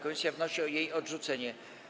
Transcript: Komisja wnosi o jej odrzucenie.